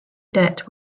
debt